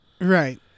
Right